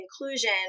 inclusion